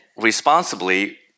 responsibly